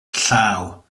llaw